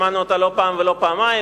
שמענו אותה לא פעם ולא פעמיים,